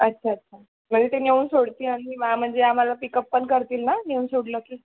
अच्छा अच्छा म्हणजे ते नेऊन सोडतील आणि मी म्हणजे आम्हाला पिकअप पण करतील ना नेऊन सोडलं की